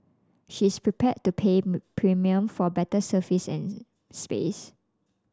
she is prepared to pay a premium for better service and space